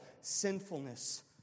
sinfulness